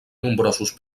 nombrosos